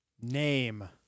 Name